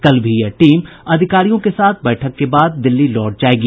कल भी यह टीम अधिकारियों के साथ बैठक के बाद दिल्ली लौट जायेगी